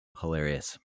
Hilarious